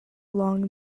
long